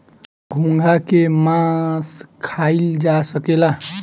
घोंघा के मास खाइल जा सकेला